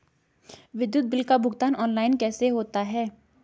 विद्युत बिल का भुगतान ऑनलाइन कैसे होता है?